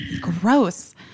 gross